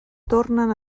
tornen